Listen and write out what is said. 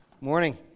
morning